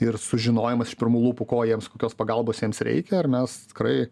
ir sužinojimas iš pirmų lūpų ko jiems kokios pagalbos jiems reikia ir mes tikrai